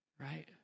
right